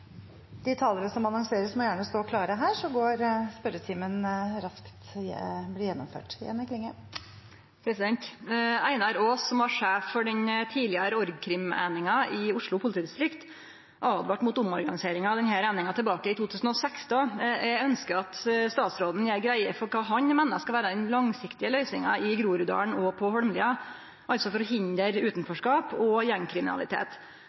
Einar Aas, som var sjef for den tidlegare org.krim.-eininga i Oslo politidistrikt, åtvara mot omorganiseringa av denne eininga tilbake i 2016. Eg ønskjer at statsråden gjer greie for kva han meiner skal vere den langsiktige løysinga i Groruddalen og på Holmlia for å hindre utanforskap og gjengkriminalitet.